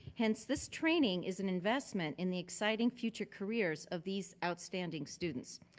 hence, this training is an investment in the exciting future careers of these outstanding students.